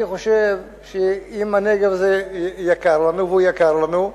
אני חושב שאם הנגב הזה יקר לנו, והוא יקר לנו,